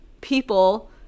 people